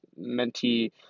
mentee